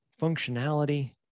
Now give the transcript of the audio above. functionality